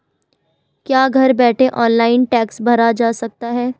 क्या घर बैठे ऑनलाइन टैक्स भरा जा सकता है?